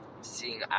seeing